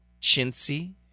chintzy